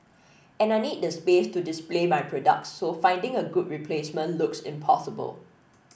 and I need the space to display my products so finding a good replacement looks impossible